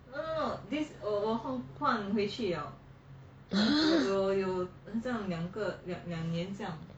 !huh!